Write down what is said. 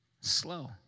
Slow